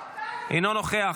אינו נוכח,